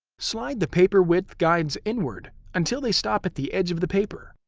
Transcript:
slide the paper width guides inward until they stop at the edge of the paper.